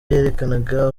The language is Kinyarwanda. yerekanaga